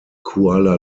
kuala